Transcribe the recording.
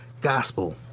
gospel